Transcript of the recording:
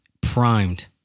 primed